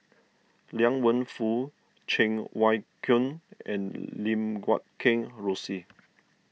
Liang Wenfu Cheng Wai Keung and Lim Guat Kheng Rosie